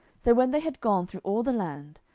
so when they had gone through all the land,